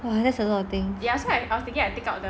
!wah! that's a lot of things